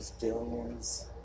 billions